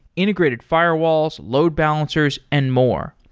integrated firewalls, load balancers and more.